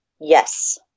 Yes